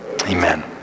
Amen